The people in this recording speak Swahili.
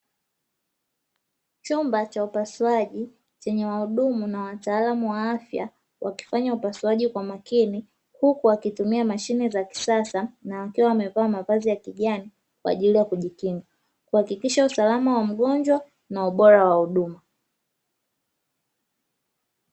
Chumba cha upasuaji chenye wahudumu na wataalamu wa afya wakifanya upasuaji kwa umakini, huku wakitumia mashine za kisasa na wakiwa wamevaa mavazi ya kijani, kwa ajili ya kujikinga, kuhakikisha usalama wa mgonjwa na ubora wa huduma.